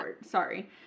sorry